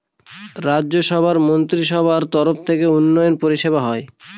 রাজ্য সভার মন্ত্রীসভার তরফ থেকে উন্নয়ন পরিষেবা হয়